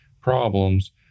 problems